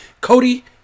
Cody